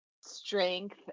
strength